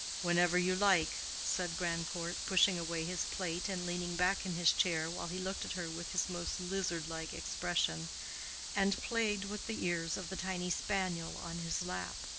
whenever you like, said grandcourt, pushing away his plate, and leaning back in his chair while he looked at her with his most lizard-like expression and, played with the ears of the tiny spaniel on his lap